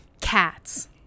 Cats